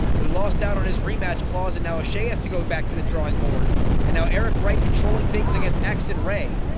who lost out on his rematch clause and now oshea has to go back to the drawing board and now eric right controlling things against axton ray